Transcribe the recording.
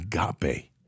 agape